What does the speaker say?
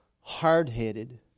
hard-headed